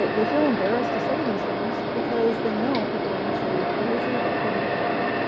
they they feel embarrassed to say these things, because they know people are going to say you're crazy that couldn't have happened.